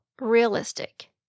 realistic